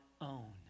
own